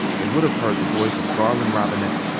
they would've heard the voice of garland robinette.